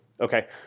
Okay